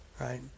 Right